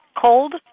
cold